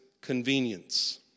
convenience